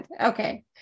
okay